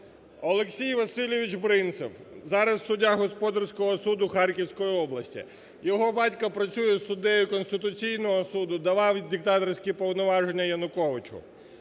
Олексій Васильович Бринцев, зараз суддя господарського суду Харківської області. Його батько працює суддею Конституційного Суду, давав диктаторські повноваження Януковичу.